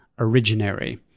originary